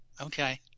Okay